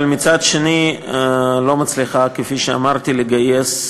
אבל מצד שני היא לא מצליחה, כפי שאמרתי, לגייס